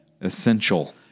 essential